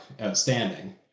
outstanding